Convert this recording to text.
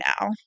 now